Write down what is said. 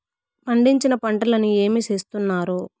పండించిన పంటలని ఏమి చేస్తున్నారు?